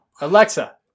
Alexa